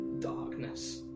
darkness